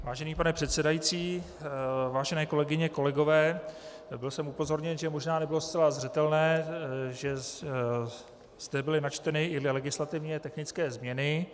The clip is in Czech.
Vážený pane předsedající, vážené kolegyně, kolegové, byl jsem upozorněn, že možná nebylo zcela zřetelné, že zde byly načteny i dvě legislativně technické změny.